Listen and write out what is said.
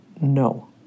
no